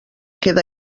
queda